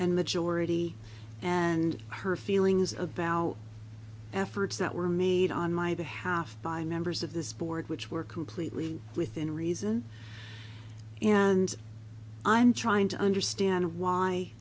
jury and her feelings about efforts that were made on my behalf by members of this board which were completely within reason and i'm trying to understand why